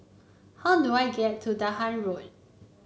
how do I get to Dahan Road